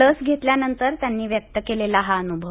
लस घेतल्यानंतर त्यांनी व्यक्त केलेला अनुभव